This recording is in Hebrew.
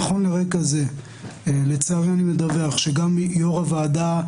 נכון לרגע זה לצערי אני מדווח שגם יושב-ראש הוועדה,